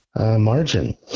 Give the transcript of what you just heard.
margin